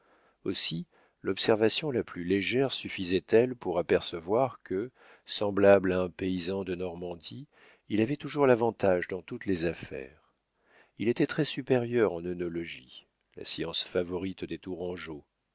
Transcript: aussi l'observation la plus légère suffisait elle pour apercevoir que semblable à un paysan de normandie il avait toujours l'avantage dans toutes les affaires il était très supérieur en œnologie la science favorite des